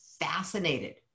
fascinated